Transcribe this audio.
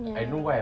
ya